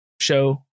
show